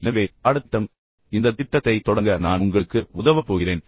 எனவே பாடத்திட்டம் இந்தத் திட்டத்தைத் தொடங்க நான் உங்களுக்கு உதவப் போகிறது